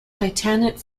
titanic